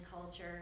culture